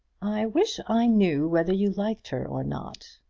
i wish i knew whether you liked her or not.